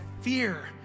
fear